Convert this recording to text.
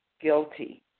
guilty